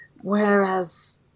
Whereas